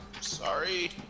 Sorry